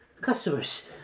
customers